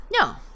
No